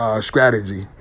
strategy